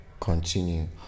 continue